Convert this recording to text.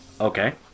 Okay